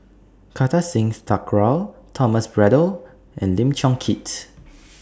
Kartar Singh Thakral Thomas Braddell and Lim Chong Keat